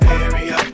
area